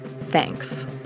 Thanks